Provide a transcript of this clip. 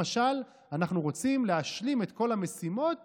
למשל, אנחנו רוצים להשלים את כל המשימות